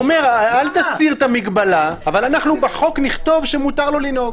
הוא אומר: אל תסיר את המגבלה אבל אנחנו בחוק נכתוב שמותר לו לנהוג.